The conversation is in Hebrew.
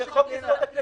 אבל זה חוק-יסוד: הכנסת.